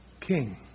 king